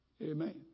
Amen